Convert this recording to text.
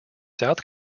south